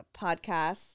podcast